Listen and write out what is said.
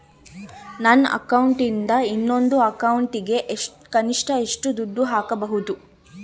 ನನ್ನ ಅಕೌಂಟಿಂದ ಇನ್ನೊಂದು ಅಕೌಂಟಿಗೆ ಕನಿಷ್ಟ ಎಷ್ಟು ದುಡ್ಡು ಹಾಕಬಹುದು?